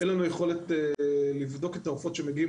אין לנו יכולת לבדוק את העופות שמגיעים